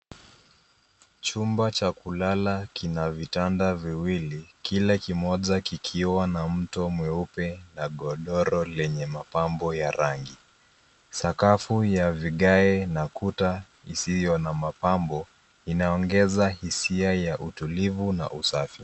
Chumba cha kulala kina vitanda viwili kila kimoja kikiwa na mto mweupe na godoro yenye mapambo ya rangi. Sakafu ya vigae na kuta isiyo na mapambo inaongeza hisia ya utulivu na usafi.